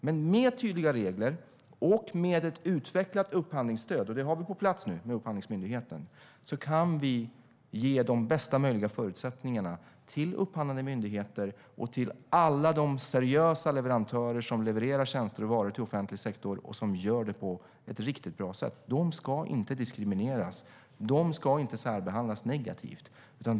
Men med tydliga regler och med ett utvecklat upphandlingsstöd, vilket vi nu har på plats genom Upphandlingsmyndigheten, kan vi ge de bästa möjliga förutsättningarna till upphandlande myndigheter och till alla de seriösa leverantörer som levererar tjänster och varor till offentlig sektor på ett riktigt bra sätt. De ska inte diskrimineras och särbehandlas negativt.